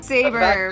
Saber